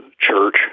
church